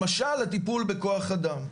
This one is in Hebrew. למשל הטיפול בכוח אדם,